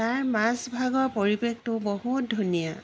তাৰ মাজভাগৰ পৰিৱেশটো বহুত ধুনীয়া